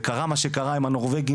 וקרה מה שקרה עם הנורבגי,